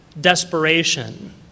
desperation